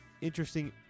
interesting